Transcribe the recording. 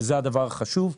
וזה הדבר החשוב.